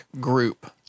group